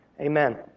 amen